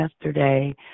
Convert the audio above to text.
yesterday